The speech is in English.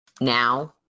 now